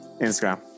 Instagram